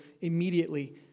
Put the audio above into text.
immediately